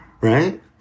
Right